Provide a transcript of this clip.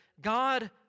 God